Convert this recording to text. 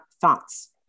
thoughts